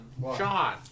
Sean